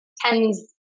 tens